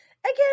again